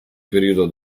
periodo